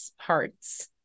parts